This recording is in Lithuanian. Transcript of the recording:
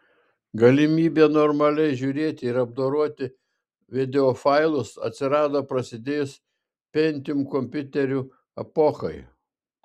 galimybė normaliai žiūrėti ir apdoroti videofailus atsirado prasidėjus pentium kompiuterių epochai